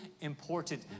important